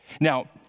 Now